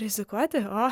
rizikuoti o